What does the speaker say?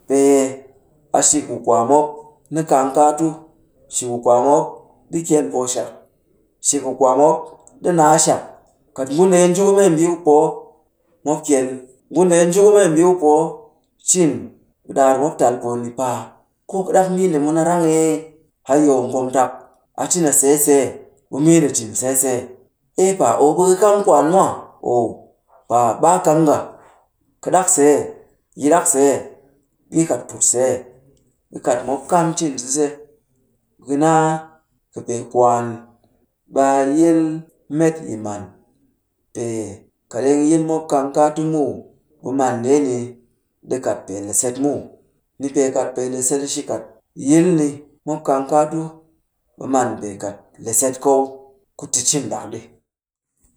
Pee a shik ku kwaamop, ni kang kaatu shik ku kwaamop, ɗi kyel pooshak, shik ku kwaamop, ni naa shak. Kat. ngu ndee nji ku membii ku poo, mop kyel ni; ngu ndee nji ku membii ku poo cin. Ɓe ɗaar mop tal poo ni paa, koo ka ɗak mbii nde mun a rang ee? Hayau ngomtak, a cin a see see, ɓe mbii nde cin see see. Ei paa, ɓe ka. kamm kwaan mwa. Ow paa, ɓe a kam nga. Ka ɗak see, yi ɗak see, ɓe yi kat put see. Ɓe kat mop kat cin sise, ɓe ka naa kɨpee kwaan, ɓe a yil met yi man. Pee kat ɗeng yil mop kang kaatu muw, ɓe man ndeeni ɗi kat pee. le set muw. Nipee kat pee le set a shi kat yil ni mop kang kaatu, ɓe man pee kat le set kow ku ti cin ɗak ɗi.